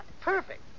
Perfect